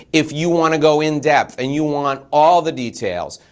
if you wanna go in-depth and you want all the details,